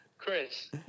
Chris